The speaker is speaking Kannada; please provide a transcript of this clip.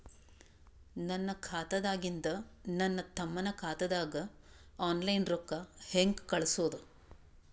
ನನ್ನ ಖಾತಾದಾಗಿಂದ ನನ್ನ ತಮ್ಮನ ಖಾತಾಗ ಆನ್ಲೈನ್ ರೊಕ್ಕ ಹೇಂಗ ಕಳಸೋದು?